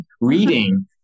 reading